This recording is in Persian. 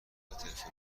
تلفنی